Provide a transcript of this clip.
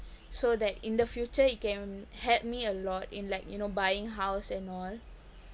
so that in the future it can help me a lot in like you know buying house and all